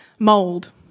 Mold